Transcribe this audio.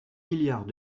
milliards